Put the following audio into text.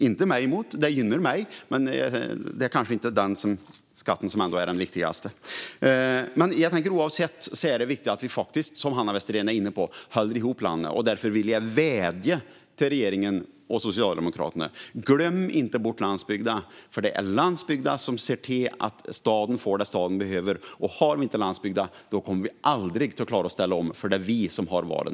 Inte mig emot - det gynnar mig - men det kanske inte är den skatten som är den viktigaste. I vilket fall som helst är det viktigt att vi, som Hanna Westerén är inne på, håller ihop landet. Därför vill jag vädja till regeringen och Socialdemokraterna att inte glömma bort landsbygden, för det är landsbygden som ser till att staden får det staden behöver. Och har vi inte landsbygden kommer vi aldrig att klara att ställa om, för det är vi som har valen.